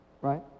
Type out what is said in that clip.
Right